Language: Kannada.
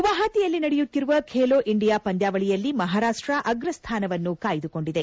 ಗುವಾಹಾತಿಯಲ್ಲಿ ನಡೆಯುತ್ತಿರುವ ಬೇಲೊ ಇಂಡಿಯಾ ಪಂದ್ಯಾವಳಿಯಲ್ಲಿ ಮಹಾರಾಷ್ಟ ಅಗ್ರ ಸ್ಥಾನವನ್ನು ಕಾಯ್ದಕೊಂಡಿದೆ